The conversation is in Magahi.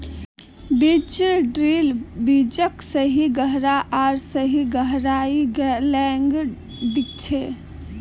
बीज ड्रिल बीजक सही जगह आर सही गहराईत लगैं दिछेक